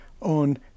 on